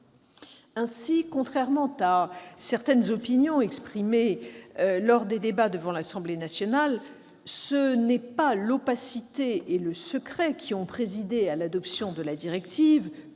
Ainsi, contrairement à certaines opinions exprimées lors des débats devant l'Assemblée nationale, ce sont non pas l'opacité et le secret qui ont présidé à l'adoption de la directive